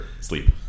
sleep